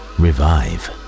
revive